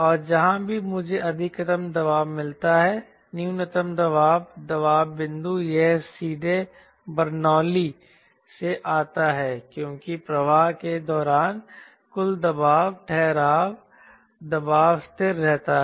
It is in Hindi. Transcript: और जहां भी मुझे अधिकतम दबाव मिलता है न्यूनतम दबाव दबाव बिंदु यह सीधे बर्नौली से आता है क्योंकि प्रवाह के दौरान कुल दबाव ठहराव दबाव स्थिर रहता है